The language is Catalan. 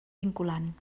vinculant